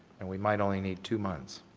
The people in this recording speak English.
and we might only need two months.